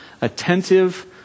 attentive